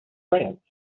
france